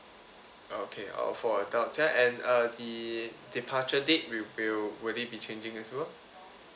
okay uh for adult and uh the departure date will will will it be changing as well